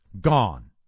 gone